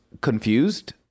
confused